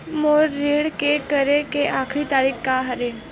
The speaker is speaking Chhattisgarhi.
मोर ऋण के करे के आखिरी तारीक का हरे?